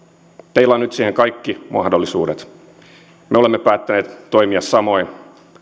teillä on nyt siihen kaikki mahdollisuudet me olemme päättäneet toimia samoin